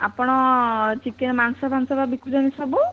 ଆପଣ ଚିକେନ୍ ମାଂସ ଫାଂସ ବା ବିକୁଛନ୍ତି ସବୁ